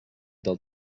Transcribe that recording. del